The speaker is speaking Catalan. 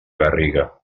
garriga